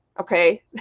okay